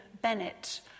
Bennett